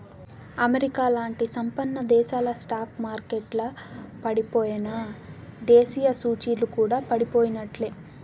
అమెరికాలాంటి సంపన్నదేశాల స్టాక్ మార్కెట్లల పడిపోయెనా, దేశీయ సూచీలు కూడా పడిపోయినట్లే